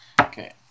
Okay